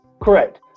Correct